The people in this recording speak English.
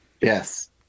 yes